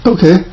Okay